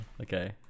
Okay